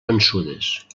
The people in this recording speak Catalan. vençudes